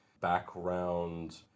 background